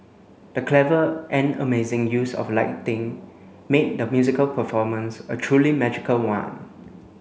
the clever and amazing use of lighting made the musical performance a truly magical one